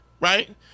right